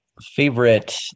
favorite